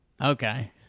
Okay